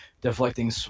deflecting